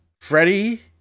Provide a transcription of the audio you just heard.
Freddie